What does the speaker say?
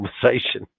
conversation